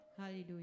Hallelujah